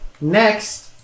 Next